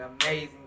amazing